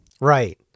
Right